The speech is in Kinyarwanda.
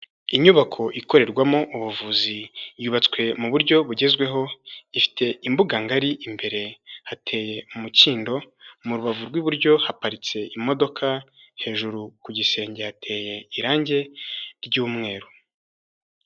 Inyubako ikorerwamo ubuvuzi yubatswe mu buryo bugezweho, ifite imbuga ngari imbere hateye umukindo, mu rubavu rw'iburyo haparitse imodoka, hejuru ku gisenge hateye irange ry'umweru.